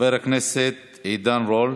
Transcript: חבר הכנסת עידן רול,